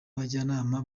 abajyanama